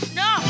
no